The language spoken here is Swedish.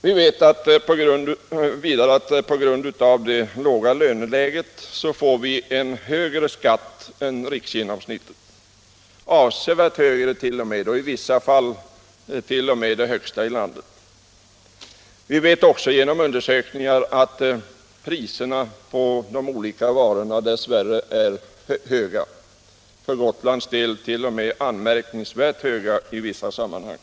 Vi vet att vi Torsdagen den på grund av det låga löneläget får högre skatt än riksgenomsnittet, avsevärt 16 december 1976 högret.o.m. —i vissa fall högst i landet! Vi vet också genom undersökningar att priser på varor dess värre är höga, för Gotlands del t.o.m. anmärk = Samordnad ningsvärt höga i vissa sammanhang.